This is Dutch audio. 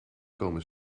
komen